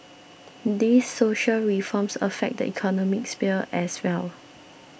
these social reforms affect the economic sphere as well